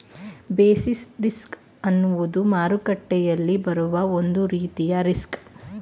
basis risk ಅನ್ನುವುದು ಮಾರುಕಟ್ಟೆಯಲ್ಲಿ ಬರುವ ಒಂದು ಬಗೆಯ ರಿಸ್ಕ್